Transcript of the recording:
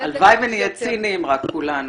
הלוואי ונהיה ציניים רק, כולנו.